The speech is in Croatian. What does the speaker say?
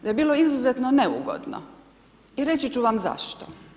Da je bilo izuzetno neugodno i reći ću vam zašto.